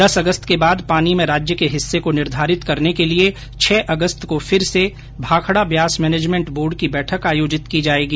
दस अगस्त के बाद पानी में राज्य के हिस्से को निर्धारित करने के लिए छह अगस्त को फिर से भाखड़ा ब्यास मैनेजमेंट बोर्ड की बैठक आयोजित की जायेगी